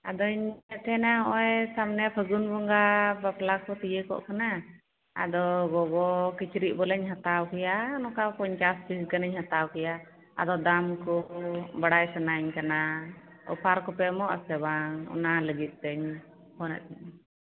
ᱟᱫᱚᱧ ᱢᱮᱱᱮᱫ ᱛᱟᱦᱮᱱᱟ ᱱᱚᱜ ᱚᱭ ᱥᱟᱢᱱᱮ ᱯᱷᱟᱹᱜᱩᱱ ᱵᱚᱸᱜᱟ ᱵᱟᱯᱞᱟ ᱠᱚ ᱛᱤᱭᱳᱜᱚᱜ ᱠᱟᱱᱟ ᱟᱫᱚ ᱜᱚᱜᱚ ᱠᱤᱪᱨᱤᱡ ᱵᱚᱞᱮᱧ ᱦᱟᱛᱟᱣ ᱠᱮᱭᱟ ᱱᱚᱝᱠᱟ ᱯᱚᱸᱧᱪᱟᱥ ᱯᱤᱥ ᱜᱟᱱᱤᱧ ᱦᱟᱛᱟᱣ ᱠᱮᱭᱟ ᱟᱫᱚ ᱫᱟᱢ ᱠᱚ ᱵᱟᱲᱟᱭ ᱥᱟᱱᱟ ᱤᱧ ᱠᱟᱱᱟ ᱚᱯᱷᱟᱨ ᱠᱚᱯᱮ ᱮᱢᱚᱜᱼᱟ ᱥᱮ ᱵᱟᱝ ᱚᱱᱟ ᱞᱟᱹᱜᱤᱫ ᱛᱤᱧ ᱯᱷᱳᱱ ᱮᱫ ᱛᱟᱦᱮᱸᱫ